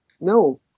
no